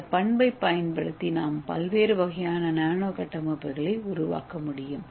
இந்த பண்பைப் பயன்படுத்தி நாம் பல்வேறு வகையான நானோ கட்டமைப்புகளை உருவாக்க முடியும்